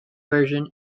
version